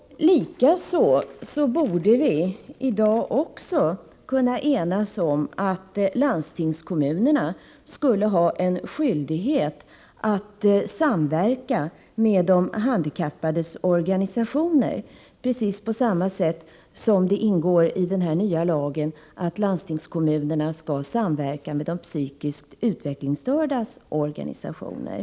Vi borde i dag också kunna enas om att landstingskommunerna skulle ha en skyldighet att samverka med de handikappades organisationer precis på samma sätt som det ingår i den nya lagen att landstingskommunerna skall samverka med de psykiskt utvecklingsstördas organisationer.